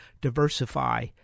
diversify